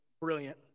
brilliant